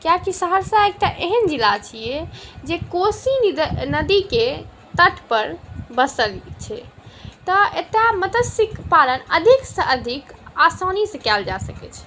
कियाकि सहरसा एकटा एहन जिला छिए जे कोशी नदीके तटपर बसल छै तऽ एतऽ मत्स्य पालन अधिकसँ अधिक आसानीसँ कएल जाइ सकै छै